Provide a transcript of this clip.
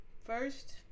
first